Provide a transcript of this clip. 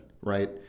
right